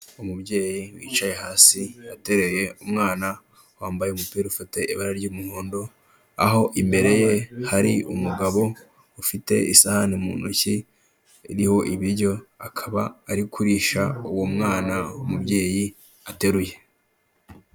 Umubyeyi wicaye hasi atereye umwana wambaye umupira ufite ibara ry'umuhondo, aho imbere ye hari umugabo ufite isahani mu ntoki iriho ibiryo, akaba ari kurisha uwo mwana umubyeyi ateruye.